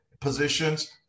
positions